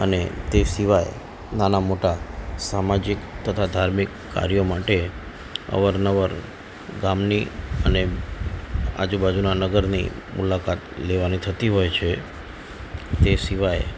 અને તે સિવાય નાનાં મોટાં સામાજિક તથા ધાર્મિક કાર્યો માટે અવર નવર ગામની અને આજુ બાજુનાં નગરની મુલાકાત લેવાની થતી હોય છે તે સિવાય